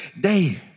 day